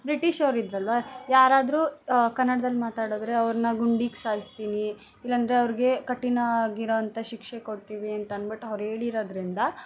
ಬ್ರಿಟೀಷವ್ರು ಇದ್ದರಲ್ವ ಯಾರಾದರೂ ಕನ್ನಡ್ದಲ್ಲಿ ಮಾತಾಡಿದ್ರೆ ಅವರನ್ನ ಗುಂಡಿಕ್ಕಿ ಸಾಯಿಸ್ತೀನಿ ಇಲ್ಲಾಂದ್ರೆ ಅವ್ರಿಗೆ ಕಠಿಣ ಆಗಿರೋ ಅಂಥ ಶಿಕ್ಷೆ ಕೊಡ್ತೀವಿ ಅಂತನ್ಬಿಟ್ಟು ಅವ್ರು ಹೇಳಿರೊದ್ರಿಂದ